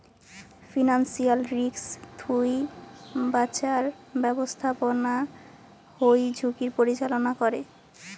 financial risk থুই বাঁচার ব্যাপস্থাপনা হই ঝুঁকির পরিচালনা করে